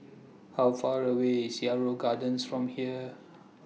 How Far away IS Yarrow Gardens from here